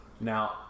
Now